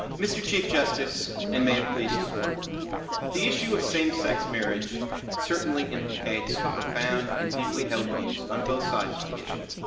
mr. chief justice, and may it please the court the issue of same-sex marriage certainly implicates profound and deeply held views on both sides of the issue,